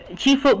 chief